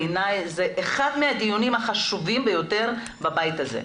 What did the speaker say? בעיני זה אחד מהדיונים החשובים ביותר בבית הזה,